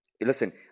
listen